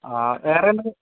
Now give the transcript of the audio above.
ആ വേറെ എന്തെങ്കിലും